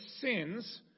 sins